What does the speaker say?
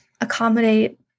accommodate